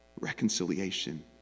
reconciliation